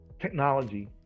technology